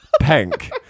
Pink